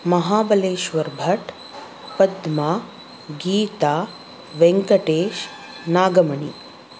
Mahabaleshwar Bhat Padma Geeta Venkatesh Nagamani